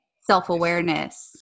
self-awareness